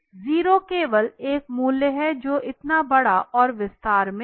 0 केवल एक मूल्य है जो इतना बड़ा और विस्तार में हैं